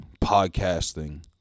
podcasting